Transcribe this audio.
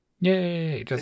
Yay